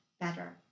better